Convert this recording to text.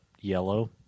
yellow